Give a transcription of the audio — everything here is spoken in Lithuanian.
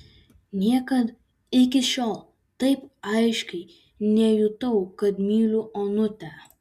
niekad iki šiol taip aiškiai nejutau kad myliu onutę